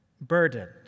burdened